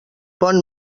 bon